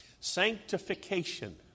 sanctification